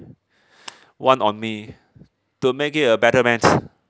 want on me to make it a better mans